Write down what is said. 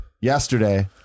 Yesterday